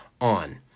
on